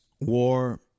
war